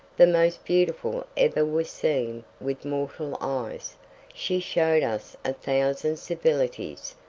the most beautiful ever was seen with mortal eyes she showed us a thousand civilities,